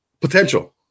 Potential